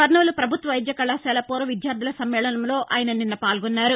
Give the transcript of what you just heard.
కర్నూలు ప్రభుత్వ వైద్య కళాశాల పూర్వ విద్యార్దుల సమ్మేళనంలో నిన్న ఆయన పాల్గొన్నారు